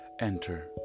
enter